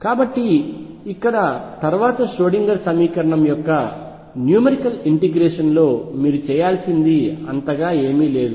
కాబట్టి ఇక్కడి తర్వాత ష్రోడింగర్ సమీకరణం యొక్క న్యూమెరికల్ ఇంటిగ్రేషన్ లో మీరు చేయాల్సింది అంతగా ఏమి లేదు